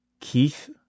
Keith